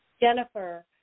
Jennifer